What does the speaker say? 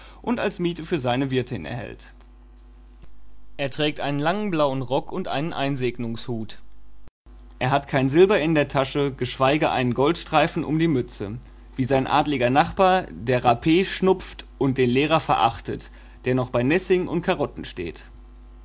und als miete für seine wirtin erhält er trägt einen langen blauen rock und einen einsegnungshut er hat kein silber in der tasche geschweige einen goldstreifen um die mütze wie sein adliger nachbar der rp schnupft und den lehrer verachtet der noch bei nessing und karotten steht